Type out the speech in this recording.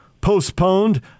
postponed